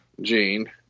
Gene